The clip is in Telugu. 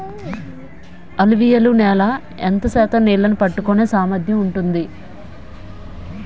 అలువియలు నేల ఎంత శాతం నీళ్ళని పట్టుకొనే సామర్థ్యం ఉంటుంది?